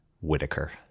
Whitaker